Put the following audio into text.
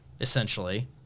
essentially